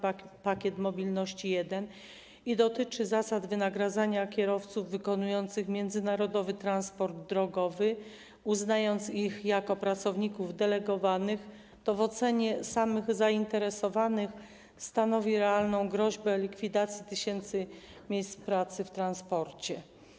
Pakiet Mobilności I i dotyczy zasad wynagradzania kierowców wykonujących międzynarodowy transport drogowy, uznając ich za pracowników delegowanych, to w ocenie samych zainteresowanych stanowi realną groźbę likwidacji tysięcy miejsc prac w transporcie.